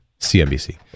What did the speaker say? CNBC